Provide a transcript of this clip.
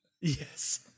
Yes